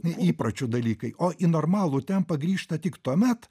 įpročiu dalykai o į normalų tempą grįžta tik tuomet